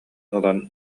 ылан